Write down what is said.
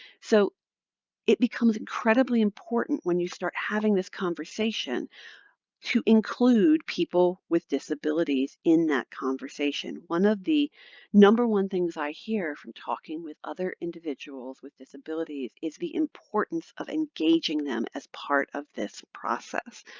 so it becomes incredibly important when you start having this conversation to include people with disabilities in that conversation. one of the number one things i hear from talking with other individuals with disabilities is the importance of engaging them as part of this process,